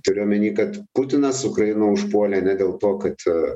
turiu omeny kad putinas ukrainą užpuolė ne dėl to kad